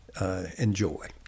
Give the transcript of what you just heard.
enjoy